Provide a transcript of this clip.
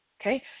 okay